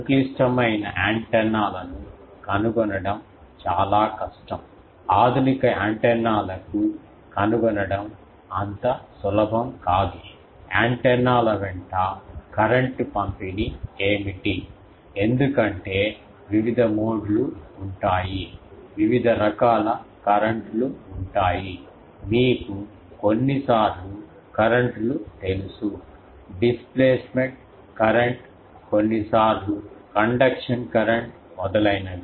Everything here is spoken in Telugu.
సంక్లిష్టమైన యాంటెన్నా లను కనుగొనడం చాలా కష్టం ఆధునిక యాంటెనాలకు కనుగొనడం అంత సులభం కాదు యాంటెన్నాల వెంట కరెంట్ పంపిణీ ఏమిటి ఎందుకంటే వివిధ మోడ్ లు ఉంటాయి వివిధ రకాల కరెంట్ లు ఉంటాయి మీకు కొన్ని సార్లు కరెంట్ లు తెలుసు డిస్ ప్లేస్మెంట్ కరెంట్ కొన్నిసార్లు కండక్షన్ కరెంట్ మొదలైనవి